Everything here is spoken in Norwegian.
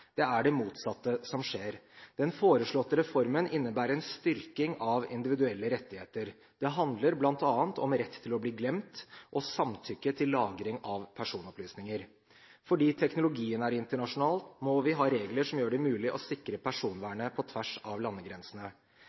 Det er det motsatte som skjer. Den foreslåtte reformen innebærer en styrking av individuelle rettigheter. Det handler bl.a. om rett til å bli glemt og samtykke til lagring av personopplysninger. Fordi teknologien er internasjonal, må vi ha regler som gjør det mulig å sikre personvernet på tvers av landegrensene.